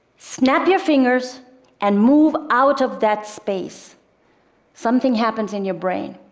snap your fingers and move out of that space something happens in your brain.